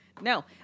No